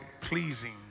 Pleasing